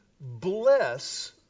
bless